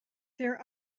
their